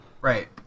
Right